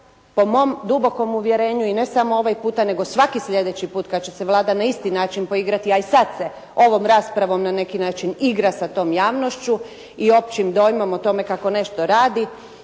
po mom dubokom uvjerenju i ne samo ovaj puta, nego svaki slijedeći put kada će se Vlada na isti način poigrati, a i sad se ovom raspravom na neki način igra sa tom javnošću i općim dojmom o tome kako nešto radi.